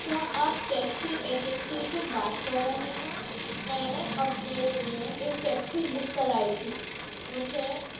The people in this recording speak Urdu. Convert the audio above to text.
کیا آپ ٹیکسی ایجنسی سے بات کر رہے ہیں میں نے اپنے لیے ایک ٹیکسی بک کرائی تھی مجھے